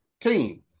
team